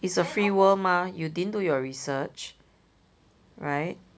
it's a free world mah you didn't do your research right